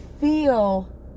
feel